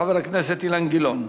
חבר הכנסת אילן גילאון.